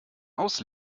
aus